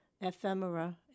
ephemera